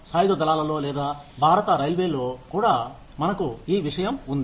సాయుధ దళాలలో లేదా భారతీయ రైల్వేలో కూడా మనకు ఈ విషయం ఉంది